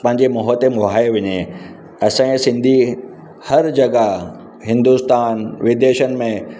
पंहिंजे मुंहं ते मुहाए वञे असांजा सिंधी हर जॻहि हिंदुस्तान विदेशनि में